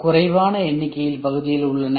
குறைவான எண்ணிக்கையில் பகுதிகள் உள்ளன